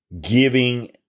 giving